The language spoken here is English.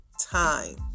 time